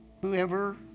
Whoever